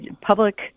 public